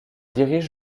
dirige